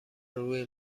روی